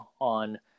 on